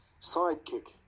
sidekick